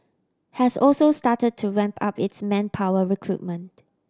has also start to ramp up its manpower recruitment